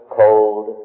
cold